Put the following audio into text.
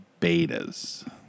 betas